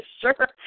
sure